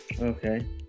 Okay